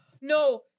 No